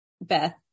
Beth